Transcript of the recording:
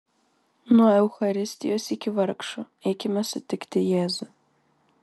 nuo eucharistijos iki vargšų eikime sutikti jėzų